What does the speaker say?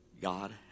God